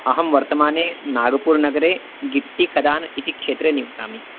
अहं वर्तमाने नागपुरनगरे गिट्टिखदान् इति क्षेत्रे निवसामि